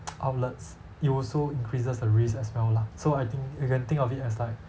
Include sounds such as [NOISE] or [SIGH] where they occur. [NOISE] outlets it also increases the risk as well lah so I think you can think of it as like